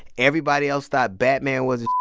everybody else thought batman was.